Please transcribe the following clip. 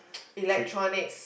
electronics